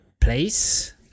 place